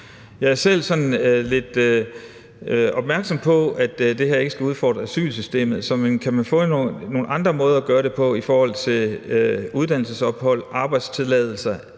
Jeg er selv lidt opmærksom på, at det her ikke skal udfordre asylsystemet, men kan man få nogle andre måder at gøre det på i forhold til uddannelsesophold, opholdstilladelse?